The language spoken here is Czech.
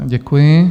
Děkuji.